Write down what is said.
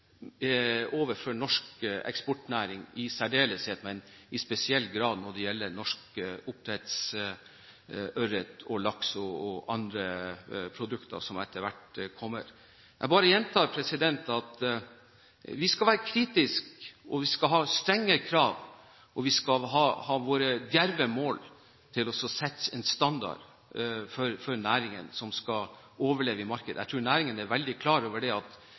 overfor norsk eksportnæring i særdeleshet, og spesielt når det gjelder norsk oppdrettsørret, laks og andre produkter som etter hvert kommer. Jeg bare gjentar at vi skal være kritiske, vi skal ha strenge krav, og vi skal ha våre djerve mål og sette en standard for næringen, som skal overleve i markedet. Jeg tror næringen er veldig klar over at det